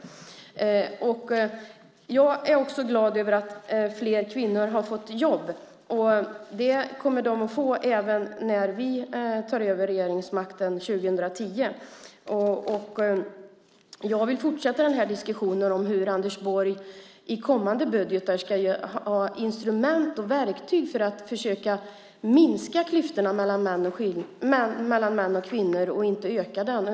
Jag är också glad över att fler kvinnor har fått jobb. Det kommer de att få även när vi tar över regeringsmakten 2010. Jag vill fortsätta den här diskussionen om hur Anders Borg i kommande budgetar ska ha instrument och verktyg för att försöka minska klyftorna mellan män och kvinnor och inte öka dem.